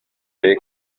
kale